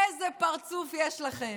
איזה פרצוף יש לכם?